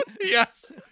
yes